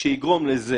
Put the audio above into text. שיגרום לזה